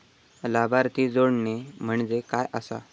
लाभार्थी जोडणे म्हणजे काय आसा?